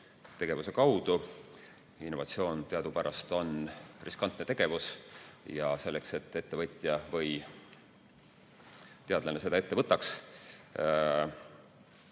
kaudu. Innovatsioon on teadupärast riskantne tegevus – selleks, et ettevõtja või teadlane selle ette võtaks,